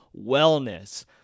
wellness